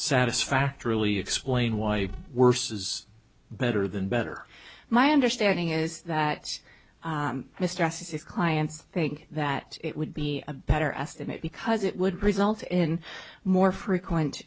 satisfactorily explain why worse is better than better my understanding is that mr s's clients think that it would be a better estimate because it would result in more frequent